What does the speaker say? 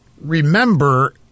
remember